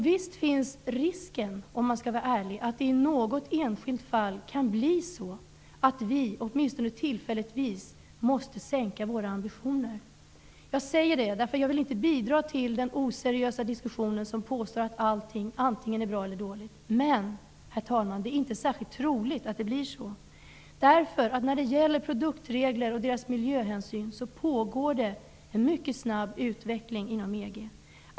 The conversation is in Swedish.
Visst finns risken -- om man skall vara ärlig -- att det i något enskilt fall kan bli så att vi, åtminstone tillfälligtvis, måste sänka våra ambitioner. Jag säger detta, därför att jag inte vill bidra till den oseriösa diskussion där man påstår att allting antingen är bra eller dåligt. Men, herr talman, det är inte särskilt troligt att det blir så, därför att det pågår en mycket snabb utveckling inom EG, när det gäller produktregler och miljöhänsyn.